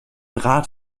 rat